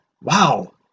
Wow